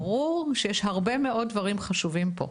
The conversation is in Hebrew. ברור שיש הרבה מאוד דברים חשובים פה,